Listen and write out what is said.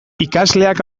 ikasleak